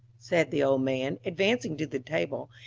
said the old man, advancing to the table,